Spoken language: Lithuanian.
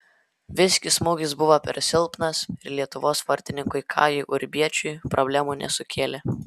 visgi smūgis buvo per silpnas ir lietuvos vartininkui kajui urbiečiui problemų nesukėlė